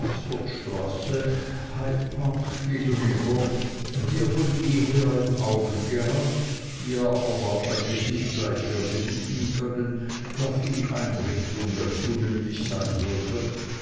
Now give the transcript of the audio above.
die er von jeher im auge gehabt die er aber wahrscheinlich nicht gleich werde mieten können da viel einrichtung dazu nötig sein würde